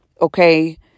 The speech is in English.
Okay